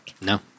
No